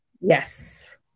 Yes